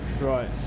Right